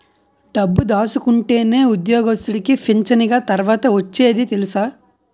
డబ్బు దాసుకుంటేనే ఉద్యోగస్తుడికి పింఛనిగ తర్వాత ఒచ్చేది తెలుసా